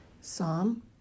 Psalm